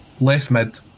left-mid